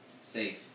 Safe